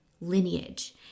lineage